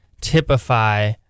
typify